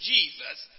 Jesus